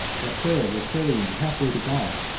that prayer will carry him half way to god,